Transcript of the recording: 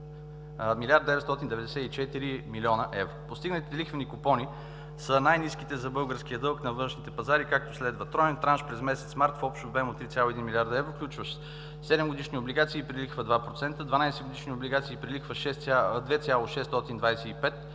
на 1,994 млн. евро. Постигнатите лихвени купони са най-ниските за българския дълг на външните пазари, както следва: - троен транш през месец март в общ обем от 3,1 млрд. евро, включващ 7-годишни облигации при лихва 2%, 12-годишни облигации при лихва 2,625